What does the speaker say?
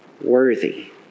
worthy